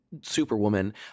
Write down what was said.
superwoman